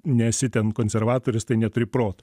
nesi ten konservatorius tai neturi proto